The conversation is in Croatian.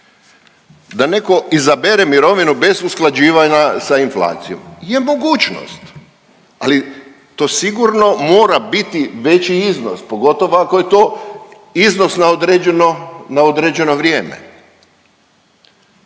da neko izabere mirovinu bez usklađivanja sa inflacijom je mogućnost, ali to sigurno mora biti veći iznos, pogotovo ako je to iznos na određeno vrijeme.